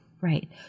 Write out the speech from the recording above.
Right